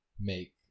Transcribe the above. make